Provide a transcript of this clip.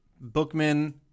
Bookman